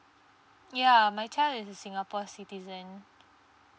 ya my child is a singapore citizen